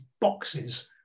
boxes